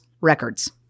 records